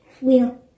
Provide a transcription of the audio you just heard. wheel